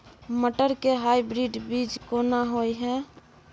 मटर के हाइब्रिड बीज कोन होय है?